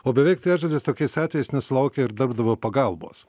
o beveik trečdalis tokiais atvejais nesulaukia ir darbdavio pagalbos